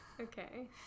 okay